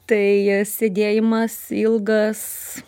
tai sėdėjimas ilgas